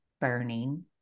burning